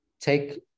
take